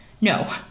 No